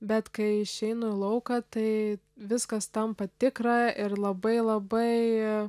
bet kai išeinu į lauką tai viskas tampa tikra ir labai labai